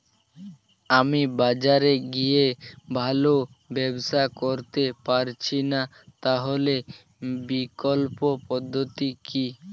আমি বাজারে গিয়ে ভালো ব্যবসা করতে পারছি না তাহলে বিকল্প পদ্ধতি কি?